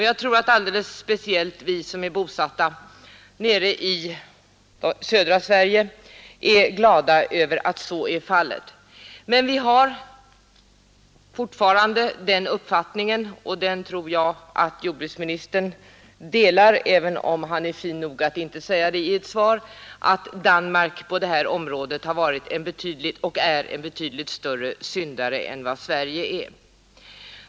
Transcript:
Jag tror att alldeles speciellt vi som är bosatta nere i södra Sverige är glada över att så är fallet. Men vi har fortfarande den uppfattningen — och den tror jag att jordbruksministern delar, även om han är fin nog att inte säga det i ett svar — att Danmark på detta område har varit och är en betydligt större syndare än vad Sverige är.